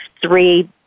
three